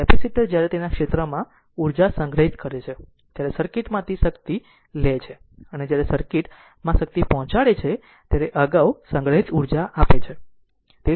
capacitor જ્યારે તેના ક્ષેત્રમાં ઉર્જા સંગ્રહિત કરે છે ત્યારે સર્કિટ માંથી શક્તિ લે છે અને જ્યારે સર્કિટ માં શક્તિ પહોંચાડે છે ત્યારે અગાઉ સંગ્રહિત ઉર્જા આપે છે